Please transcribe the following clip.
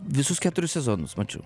visus keturis sezonus mačiau